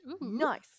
Nice